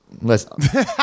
Listen